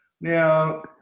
Now